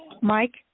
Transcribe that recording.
Mike